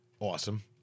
Awesome